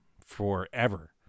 forever